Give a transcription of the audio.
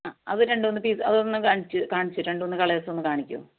ആ അത് രണ്ടുമൂന്ന് പീസ് അതൊന്ന് കാണിച്ച് കാണിച്ചുതരുമോ രണ്ടുമൂന്ന് കളേഴ്സ് ഒന്ന് കാണിക്കുമോ